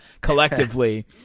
collectively